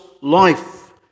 life